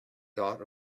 dot